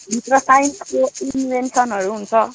भित्र साइन्सको इन्भेन्सनहरू हुन्छ